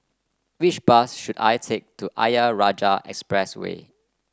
which bus should I take to Ayer Rajah Expressway